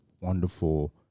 wonderful